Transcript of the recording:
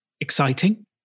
exciting